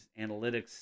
analytics